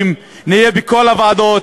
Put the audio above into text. נהיה חזקים, נהיה בכל הוועדות,